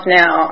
now